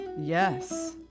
yes